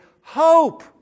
hope